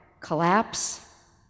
collapse